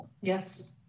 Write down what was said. Yes